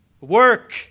work